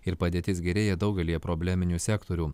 ir padėtis gerėja daugelyje probleminių sektorių